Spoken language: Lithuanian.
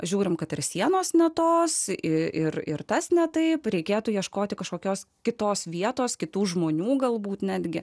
žiūrime kad ir sienos natos ir ir tas ne tai reikėtų ieškoti kažkokios kitos vietos kitų žmonių galbūt netgi